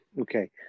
okay